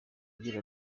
agira